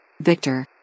Victor